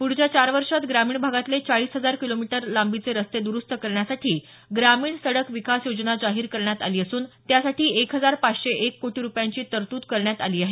पुढच्या चार वर्षांत ग्रामीण भागातले चाळीस हजार किलोमीटर लांबीचे रस्ते दुरुस्त करण्यासाठी ग्रामीण सडक विकास योजना जाहीर करण्यात आली असून त्यासाठी एक हजार पाचशे एक कोटी रुपयांची तरतूद करण्यात आली आहे